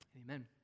amen